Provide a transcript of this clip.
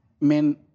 men